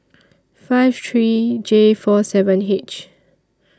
five three J four seven H